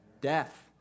Death